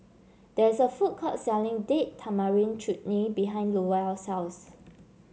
there is a food court selling Date Tamarind Chutney behind Lowell's house